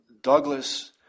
Douglas